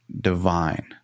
divine